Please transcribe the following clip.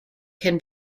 can